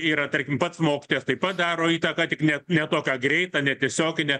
yra tarkim pats mokytojas taip pat daro įtaką tik ne ne tokią greitą ne tiesioginę